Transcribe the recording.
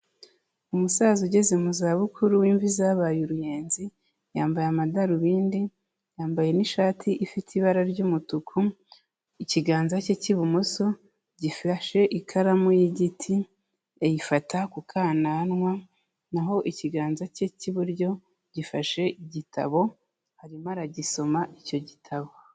Umusaza ugeze mu zabukuru w'imvi zabaye uruyenzi, yambaye amadarubindi, yambaye n'ishati ifite ibara ry'umutuku, ikiganza cye cy'ibumoso gifashe ikaramu y'igiti ayifata ku kananwa, na ho ikiganza cye cy'iburyo gifashe igitabo arimo aragisoma icyo gitabo.